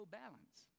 balance